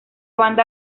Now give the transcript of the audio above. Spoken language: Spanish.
banda